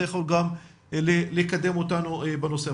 זה יחול גם לקדם אותנו בנושא.